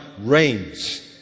reigns